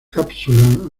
cápsula